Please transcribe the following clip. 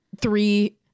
three